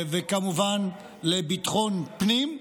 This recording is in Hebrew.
וכמובן לביטחון פנים,